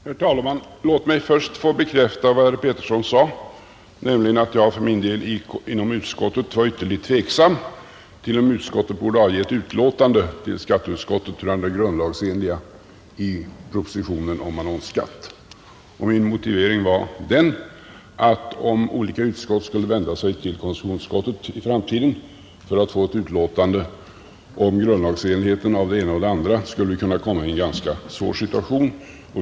Herr talman! Låt mig först få bekräfta vad herr Pettersson i Visby sade om att jag för min del i utskottet var ytterligt tveksam till frågan om utskottet borde avge ett utlåtande till skatteutskottet rörande det grundlagsenliga i propositionen om annonsskatt. Min motivering var den, att om olika utskott i framtiden skulle vända sig till konstitutionsutskottet för att få ett utlåtande om grundlagsenligheten av det ena och det andra, skulle vi råka i en ganska svår situation.